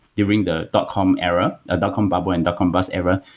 during the dot com era, ah dot com bubble and dot com bus era,